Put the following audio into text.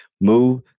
move